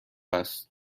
است